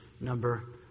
number